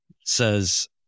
Says